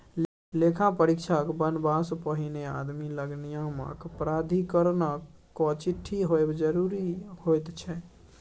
लेखा परीक्षक बनबासँ पहिने आदमी लग नियामक प्राधिकरणक चिट्ठी होएब जरूरी होइत छै